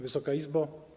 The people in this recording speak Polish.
Wysoka Izbo!